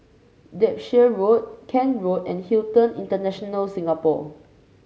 Derbyshire Road Kent Road and Hilton International Singapore